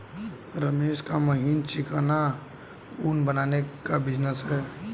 रमेश का महीन चिकना ऊन बनाने का बिजनेस है